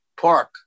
park